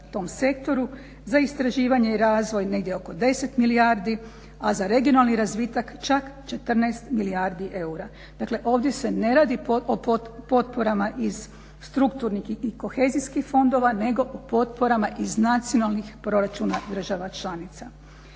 tom sektoru za istraživanje i razvoj negdje oko 10 milijardi, a za regionalni razvitak čak 14 milijardi eura. Dakle ovdje se ne radi o potporama iz strukturnih i kohezijskih fondova nego o potporama iz nacionalnih proračuna država članica.